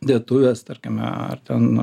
dėtuvės tarkime ar ten